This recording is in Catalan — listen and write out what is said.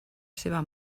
seva